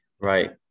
right